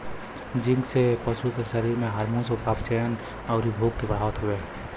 zinc से पशु के शरीर में हार्मोन, उपापचयन, अउरी भूख के बढ़ावत हवे